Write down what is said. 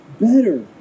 better